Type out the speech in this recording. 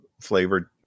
flavored